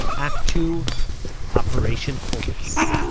act two operation hummus